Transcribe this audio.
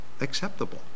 acceptable